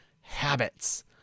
habits